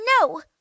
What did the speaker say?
no